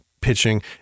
pitching